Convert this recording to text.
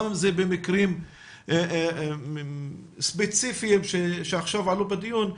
גם אם זה במקרים ספציפיים שעכשיו עלו בדיון,